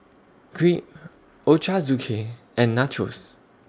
Crepe Ochazuke and Nachos